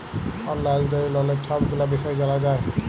অললাইল যাঁয়ে ললের ছব গুলা বিষয় জালা যায়